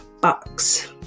box